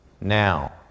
now